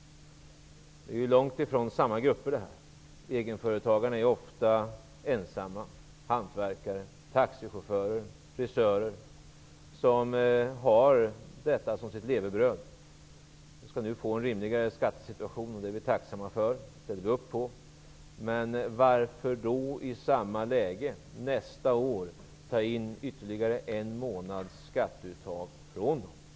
Det är ju långt ifrån sammanfallande grupper. Egenföretagarna är personer som har som levebröd att vara ensamhantverkare, taxichaufförer, frisörer osv. De skall nu få en rimligare skattesituation, och det är vi tacksamma för och ställer oss bakom. Men varför i samma läge besluta om ytterligare en månads skatteuttag från dem nästa år?